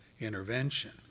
intervention